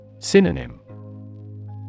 Synonym